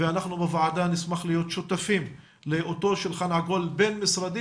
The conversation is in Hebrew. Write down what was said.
ואנחנו בוועדה נשמח להיות שותפים לאותו שולחן עגול בין-משרדי,